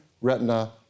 retina